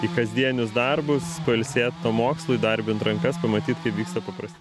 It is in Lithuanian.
į kasdienius darbus pailsėt nuo mokslų įdarbint rankas pamatyt kaip vyksta paprasti